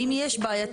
ואם יש בעייתי,